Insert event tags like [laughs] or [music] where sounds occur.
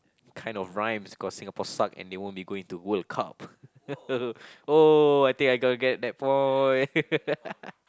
kind of rhymes cause Singapore suck and they won't be going to World Cup [laughs] oh I think I gonna get that point [laughs]